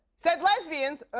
said lesbians ugh,